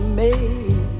made